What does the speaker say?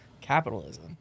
Capitalism